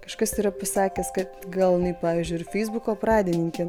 kažkas yra pasakęs kad gal jinai pavyzdžiui ir feisbuko pradininkė